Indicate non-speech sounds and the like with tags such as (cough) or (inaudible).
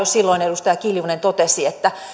(unintelligible) silloin edustaja kiljunen totesi että